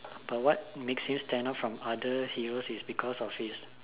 but what makes him stand out from other heroes is because his